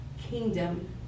kingdom